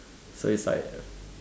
so it's like